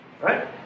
right